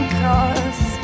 cause